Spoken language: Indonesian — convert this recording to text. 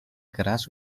keras